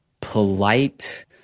polite